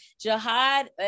Jihad